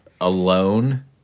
alone